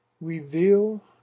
reveal